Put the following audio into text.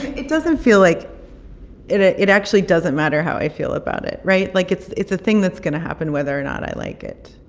it doesn't feel like it it actually doesn't matter how i feel about it, right? like, it's it's a thing that's going to happen whether or not i like it,